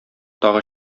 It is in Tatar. тагы